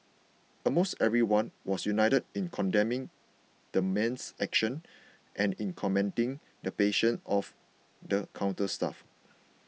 almost everyone was united in condemning the man's actions and in commending the patience of the counter staff